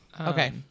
Okay